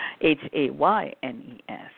H-A-Y-N-E-S